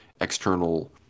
external